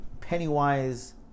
Pennywise